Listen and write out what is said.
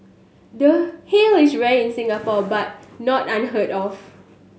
the hail is rare in Singapore but not unheard of